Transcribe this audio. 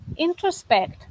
introspect